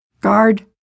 guard